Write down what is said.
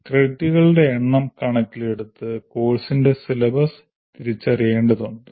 ക്രെഡിറ്റുകളുടെ എണ്ണം കണക്കിലെടുത്ത് കോഴ്സിന്റെ സിലബസ് തിരിച്ചറിയേണ്ടതുണ്ട്